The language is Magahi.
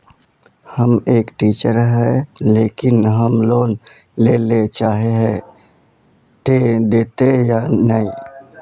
हम एक टीचर है लेकिन हम लोन लेले चाहे है ते देते या नय?